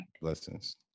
Blessings